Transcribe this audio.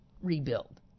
rebuild